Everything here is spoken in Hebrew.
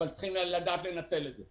אבל צריכים לדעת לנצל את זה.